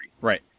Right